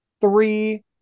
three